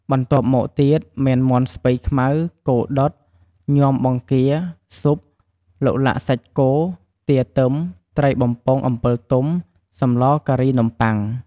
បន្ទាប់មកទៀត មានមាន់ស្ពៃខ្មៅ គោដុត ញាំបង្គា ស៊ុប ឡូឡាក់សាច់គោ ទាទឹម ត្រីបំពងអំបិសទុំ សម្លរការីនំប័ុង។